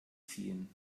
ziehen